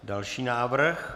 Další návrh.